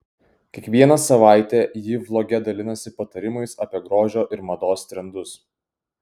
kiekvieną savaitę ji vloge dalinasi patarimais apie grožio ir mados trendus